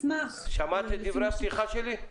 שמעת את דברי הפתיחה שלי?